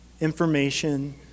information